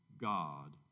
God